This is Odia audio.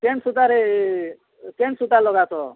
କେନ୍ ସୂତାରେ କେନ୍ ସୂତା ଲଗାସ